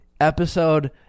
episode